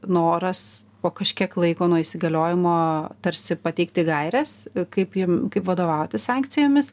noras po kažkiek laiko nuo įsigaliojimo tarsi pateikti gaires kaip jiem kaip vadovautis sankcijomis